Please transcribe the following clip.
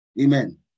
Amen